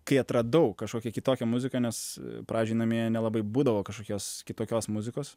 kai atradau kažkokią kitokią muziką nes pradžioj namie nelabai būdavo kažkokios kitokios muzikos